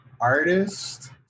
artist